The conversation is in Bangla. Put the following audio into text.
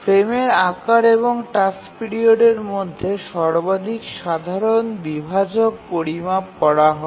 ফ্রেমের আকার এবং টাস্ক পিরিয়ডের মধ্যে সর্বাধিক সাধারণ বিভাজক পরিমাপ করা হয়